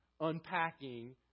unpacking